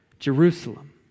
Jerusalem